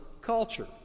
culture